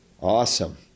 Awesome